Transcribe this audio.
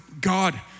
God